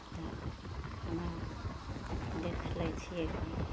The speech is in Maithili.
तऽ हमे आर देखि लै छियै कऽ